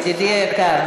ידידי היקר,